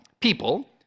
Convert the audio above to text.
people